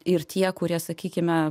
ir tie kurie sakykime